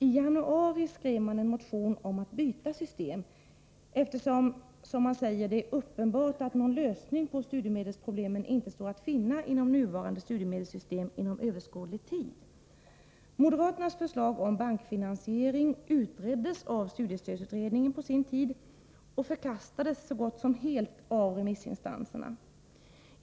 I januari skrev man en motion om att byta system, eftersom, som man säger, det är uppenbart att någon lösning på studiemedelsproblemen inte står att finna inom nuvarande studiemedelssystem inom överskådlig tid. Moderaternas förslag om bankfinansiering utreddes på sin tid av studiestödsutredningen och förkastades så gott som helt av remissinstanserna.